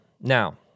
Now